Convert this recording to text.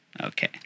Okay